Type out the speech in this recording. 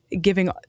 giving